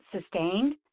sustained